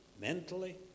mentally